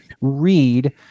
read